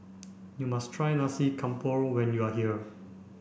you must try Nasi Campur when you are here